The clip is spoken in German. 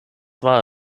war